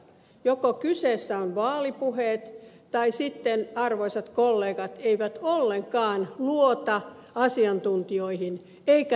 joko kyseessä ovat vaalipuheet tai sitten arvoisat kollegat eivät ollenkaan luota asiantuntijoihin eivätkä julkiseen terveydenhuoltoon